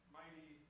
mighty